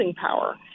power